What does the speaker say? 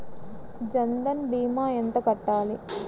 జన్ధన్ భీమా ఎంత కట్టాలి?